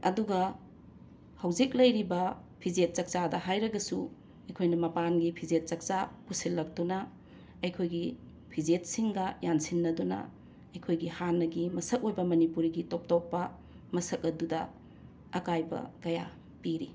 ꯑꯗꯨꯒ ꯍꯧꯖꯤꯛ ꯂꯩꯔꯤꯕ ꯐꯤꯖꯦꯠ ꯆꯥꯛꯆꯥꯗ ꯍꯥꯏꯔꯒꯁꯨ ꯑꯩꯈꯣꯏꯅ ꯃꯄꯥꯟꯒꯤ ꯐꯤꯖꯦꯠ ꯆꯛꯆꯥ ꯄꯨꯁꯤꯜꯂꯛꯇꯨꯅ ꯑꯩꯈꯣꯏꯒꯤ ꯐꯤꯖꯦꯠꯁꯤꯡꯒ ꯌꯥꯟꯁꯟꯅꯗꯨꯅ ꯑꯩꯈꯣꯏꯒꯤ ꯍꯥꯟꯅꯒꯤ ꯃꯁꯛ ꯑꯣꯏꯕ ꯃꯅꯤꯄꯨꯔꯤꯒꯤ ꯇꯣꯞ ꯇꯣꯞꯄ ꯃꯁꯛ ꯑꯗꯨꯗ ꯑꯀꯥꯏꯕ ꯀꯌꯥ ꯄꯤꯔꯤ